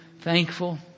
Thankful